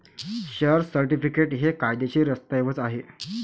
share certificate हे कायदेशीर दस्तऐवज आहे